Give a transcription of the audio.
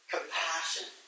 Compassion